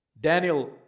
Daniel